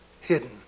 hidden